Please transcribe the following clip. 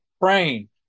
praying